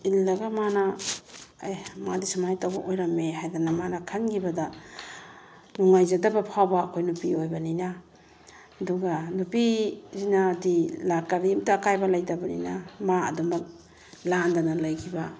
ꯏꯜꯂꯒ ꯃꯥꯅ ꯑꯦ ꯃꯥꯗꯤ ꯁꯨꯃꯥꯏꯅ ꯇꯧꯕ ꯑꯣꯏꯔꯝꯃꯦ ꯍꯥꯏꯗꯅ ꯃꯥꯅ ꯈꯟꯈꯤꯕꯗ ꯅꯨꯡꯉꯥꯏꯖꯗꯕ ꯐꯥꯎꯕ ꯑꯩꯈꯣꯏ ꯅꯨꯄꯤ ꯑꯣꯏꯕꯅꯤꯅ ꯑꯗꯨꯒ ꯅꯨꯄꯤꯁꯤꯅꯗꯤ ꯀꯔꯤꯝꯇ ꯑꯀꯥꯏꯕ ꯂꯩꯇꯕꯅꯤꯅ ꯃꯥ ꯑꯗꯨꯃꯛ ꯂꯥꯟꯗꯅ ꯂꯩꯈꯤꯕ